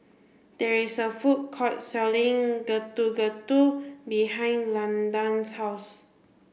there is a food court selling Getuk Getuk behind Landan's house